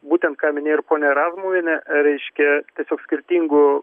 būtent ką minėjo ir ponia razmuvienė reiškia tiesiog skirtingų